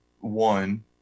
one